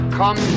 come